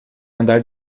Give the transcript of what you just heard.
andar